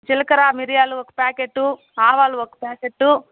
జిలకర మిరియాలు ఒక ప్యాకెట్టు ఆవాలు ఒక ప్యాకెట్టు